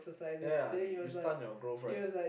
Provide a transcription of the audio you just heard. ya ya you stunt your growth right